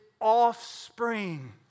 offspring